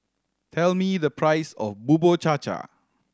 tell me the price of Bubur Cha Cha